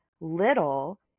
little